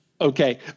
okay